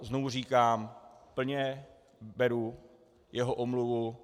Znovu říkám, plně beru jeho omluvu.